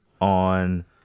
on